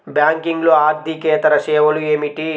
బ్యాంకింగ్లో అర్దికేతర సేవలు ఏమిటీ?